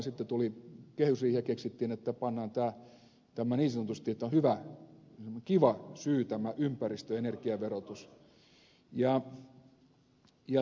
sitten tuli kehysriihi ja keksittiin että pannaan tämä niin sanotusti että on kiva syy tämä ympäristö ja energiaverotus